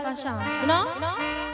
No